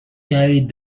carried